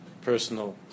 personal